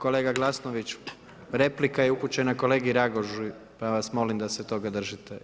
Kolega Glasnović replika je upućena kolegi Ragužu, pa vas molim da se toga držite.